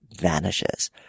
vanishes